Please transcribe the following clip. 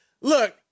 Look